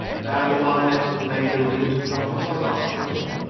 and the one next to the main building to dr. roylott's chamber?